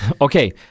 Okay